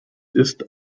ist